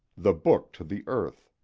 the book to the earth